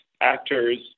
actors